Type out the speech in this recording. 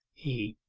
he,